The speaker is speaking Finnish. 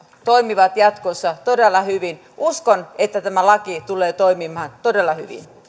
toimivat jatkossa todella hyvin uskon että tämä laki tulee toimimaan todella